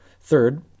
Third